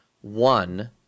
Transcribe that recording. One